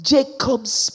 Jacob's